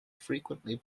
frequently